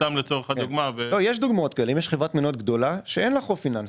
מניות גדולה שאין לה חוב פיננסי,